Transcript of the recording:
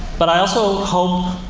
but i also hope,